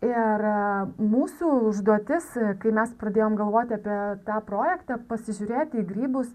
ir mūsų užduotis kai mes pradėjom galvot apie tą projektą pasižiūrėti į grybus